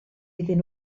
iddyn